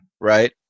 right